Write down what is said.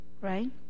right